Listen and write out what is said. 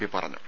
P പറഞ്ഞു